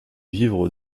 vivre